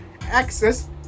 access